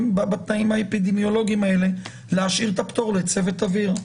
בתנאים האפידמיולוגיים האלה ולהשאיר את הפטור לצוות אוויר?